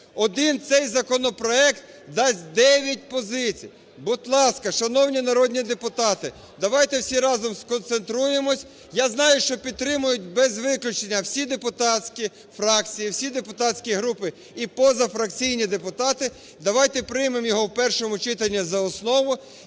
Один цей законопроект дасть 9 позицій. Будь ласка, шановні народні депутати, давайте всі разом сконцентруємось, я знаю, що підтримують, без виключення, всі депутатські фракції, всі депутатські групи і позафракційні депутати, давайте приймемо його в першому читанні за основу